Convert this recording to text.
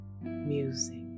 music